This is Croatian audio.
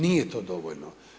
Nije to dovoljno.